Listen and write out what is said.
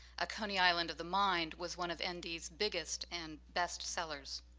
a coney island of the mind was one of and nd's biggest and best sellers.